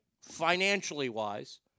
financially-wise